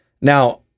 Now